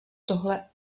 tohle